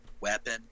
weapon